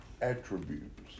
attributes